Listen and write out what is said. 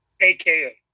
AKA